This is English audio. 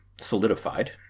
solidified